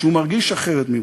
שהוא מרגיש אחרת ממך.